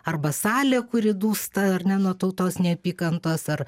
arba salė kuri dūsta ar ne nuo tautos neapykantos ar